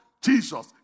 Jesus